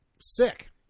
sick